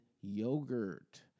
yogurt